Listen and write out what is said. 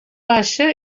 baixa